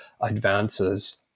advances